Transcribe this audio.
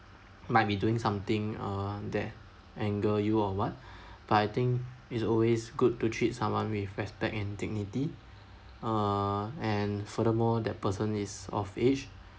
might be doing something uh that anger you or what but I think it's always good to treat someone with respect and dignity uh and furthermore that person is of age